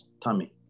tummy